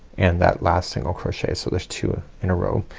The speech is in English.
and that last single crochet. so there's two in a row.